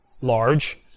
large